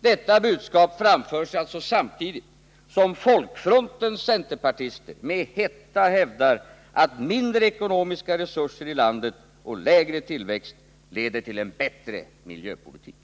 Detta budskap framförs alltså samtidigt som folkfrontens centerpartister med hetta hävdar att mindre ekonomiska resurser i landet och lägre tillväxt leder till en bättre miljöpolitik.